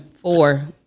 four